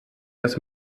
das